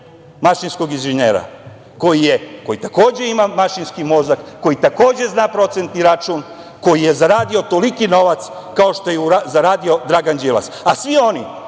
mašinskog inženjera koji takođe ima mašinski mozak, koji takođe zna procentni račun, a koji je zaradio toliki novac, kao što je zaradio Dragan Đilas. A svi oni